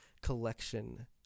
collection